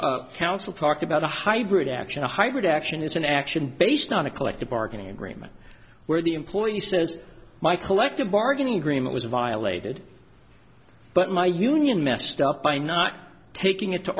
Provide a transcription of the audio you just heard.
counsel talk about a hybrid action a hybrid action is an action based on a collective bargaining agreement where the employee says my collective bargaining agreement was violated but my union messed up by not taking it to